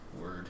word